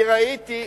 אני ראיתי,